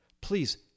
please